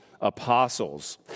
apostles